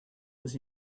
was